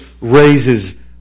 raises